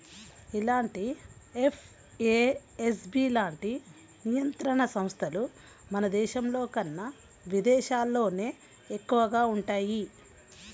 ఇలాంటి ఎఫ్ఏఎస్బి లాంటి నియంత్రణ సంస్థలు మన దేశంలోకన్నా విదేశాల్లోనే ఎక్కువగా వుంటయ్యి